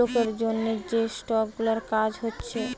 লোকের জন্যে যে স্টক গুলার কাজ হচ্ছে